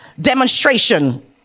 demonstration